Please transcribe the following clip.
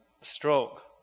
stroke